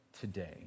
today